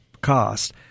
cost